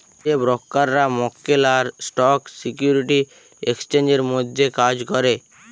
যে ব্রকাররা মক্কেল আর স্টক সিকিউরিটি এক্সচেঞ্জের মধ্যে কাজ ক্যরে